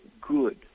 good